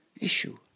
issue